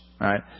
right